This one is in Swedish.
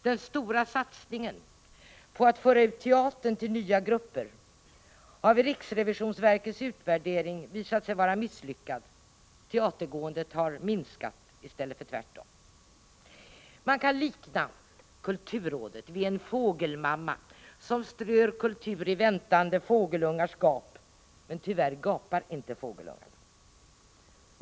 Den stora satsningen på att föra ut teatern till nya grupper har vid riksrevisionsverkets utvärdering visat sig vara misslyckad — teatergåendet har minskat i stället för tvärtom. Man kan likna kulturrådet vid en fågelmamma som strör kultur i väntande fågelungars gap — men tyvärr gapar inte fågelungarna.